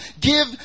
give